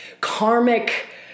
karmic